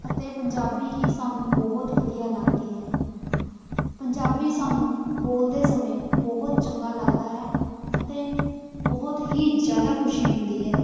ਅਤੇ ਪੰਜਾਬੀ ਹੀ ਸਾਨੂੰ ਬਹੁਤ ਵਧੀਆ ਲੱਗਦੀ ਹੈ ਪੰਜਾਬੀ ਸਾਨੂੰ ਬੋਲਦੇ ਸਮੇਂ ਬਹੁਤ ਚੰਗਾ ਲੱਗਦਾ ਹੈ ਅਤੇ ਬਹੁਤ ਹੀ ਜ਼ਿਆਦਾ ਖੁਸ਼ੀ ਹੁੰਦੀ ਹੈ